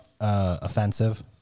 offensive